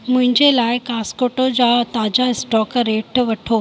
मुंहिंजे लाइ कॉस्कोटो जा ताज़ा स्टॉक रेट वठो